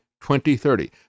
2030